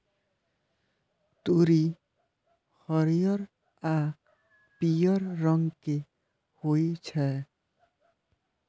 तोरी हरियर आ पीयर रंग के होइ छै